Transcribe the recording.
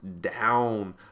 down